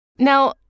Now